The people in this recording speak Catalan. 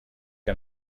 què